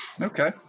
okay